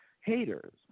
haters